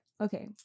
okay